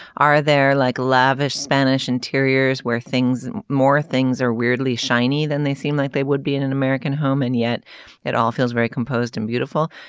are there like a lavish spanish interiors where things and more things are weirdly shiny than they seem like they would be in an american home and yet it all feels very composed and beautiful.